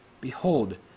Behold